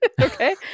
Okay